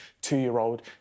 two-year-old